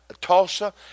Tulsa